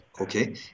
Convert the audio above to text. okay